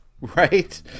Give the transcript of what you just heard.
Right